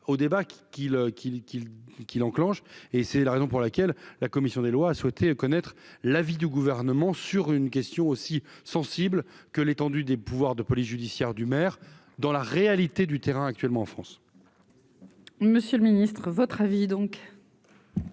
qu'il qu'il enclenche et c'est la raison pour laquelle la commission des lois a souhaité connaître l'avis du gouvernement, sur une question aussi sensible que l'étendue des pouvoirs de police judiciaire du maire dans la réalité du terrain actuellement en France. Monsieur le Ministre votre avis donc.